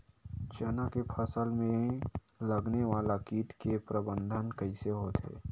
चना के फसल में लगने वाला कीट के प्रबंधन कइसे होथे?